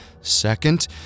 Second